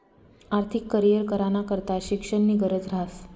आर्थिक करीयर कराना करता शिक्षणनी गरज ह्रास